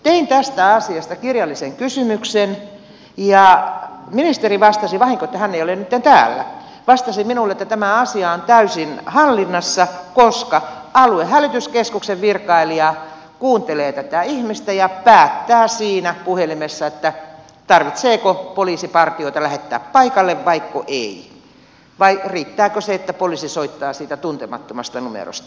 tein tästä asiasta kirjallisen kysymyksen ja ministeri vastasi vahinko että hän ei ole nytten täällä minulle että tämä asia on täysin hallinnassa koska aluehälytyskeskuksen virkailija kuuntelee tätä ihmistä ja päättää siinä puhelimessa tarvitseeko poliisipartioita lähettää paikalle vaiko ei vai riittääkö se että poliisi soittaa siitä tuntemattomasta numerosta